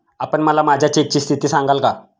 आपण मला माझ्या चेकची स्थिती सांगाल का?